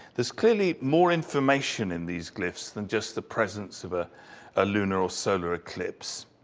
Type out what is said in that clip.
there's clearly more information in these glyphs than just the presence of a ah lunar or solar eclipse.